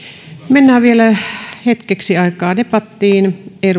mennään vielä hetkeksi aikaa debattiin